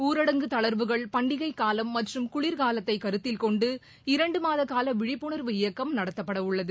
ஊரடங்கு தளர்வுகள் பண்டிகை காலம் மற்றும் குளிர்காலத்தை கருத்தில்கொண்டு இரண்டுமாதகால விழிப்புணர்வு இயக்கம் நடத்தப்பட உள்ளது